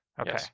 Okay